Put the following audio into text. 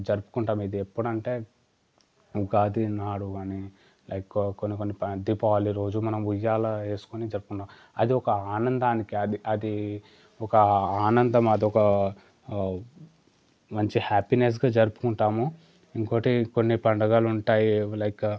జరుపుకుంటాము ఇది ఎప్పుడంటే ఉగాది నాడు అని లైక్ కొన్ని కొన్ని పా దీపావళి రోజు మనం ఉయ్యాల వేసుకొని జరుపుకుంటాము అది ఒక ఆనందానికి అది అదీ ఒక ఆనందం అది ఒక మంచి హ్యాపీనెస్గా జరుపుకుంటాము ఇంకొకటి కొన్ని పండగలు ఉంటాయి లైక్